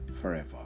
forever